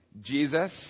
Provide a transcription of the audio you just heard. Jesus